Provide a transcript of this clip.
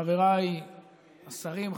חבריי השרים,